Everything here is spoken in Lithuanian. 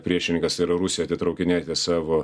priešininkas ir rusija atitraukinėti savo